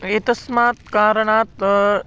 एतस्मात् कारणात्